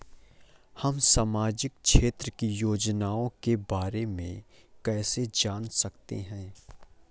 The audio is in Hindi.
हम सामाजिक क्षेत्र की योजनाओं के बारे में कैसे जान सकते हैं?